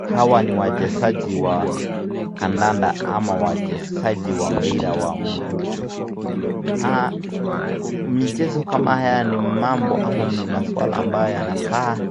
Hawa ni wachezaji wa kandanda ama wachezaji wa mpira wa miguu. Michezo kama haya ni mambo ama ni maswala ambayo wanafaa